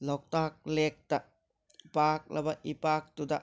ꯂꯣꯛꯇꯥꯛ ꯂꯦꯛꯇ ꯄꯥꯛꯂꯕ ꯏꯄꯥꯛꯇꯨꯗ